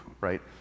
right